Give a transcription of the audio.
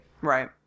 Right